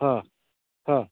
ହଁ ହଁ